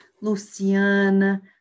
Luciana